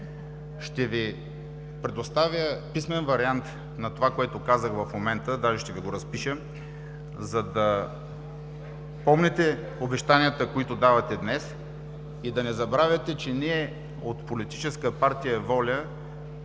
Ще Ви предоставя писмен вариант на това, което казах в момента, даже ще Ви го разпиша, за да помните обещанията, които давате днес, и да не забравяте, че ние от политическа партия „Воля“